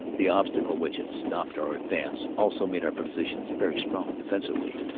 the obstacle which had stopped our advance also made our positions very strong defensively,